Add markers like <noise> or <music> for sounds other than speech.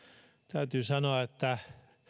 täytyy sanoa että <unintelligible>